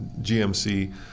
GMC